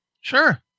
Sure